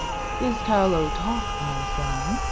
this callow talk, my son,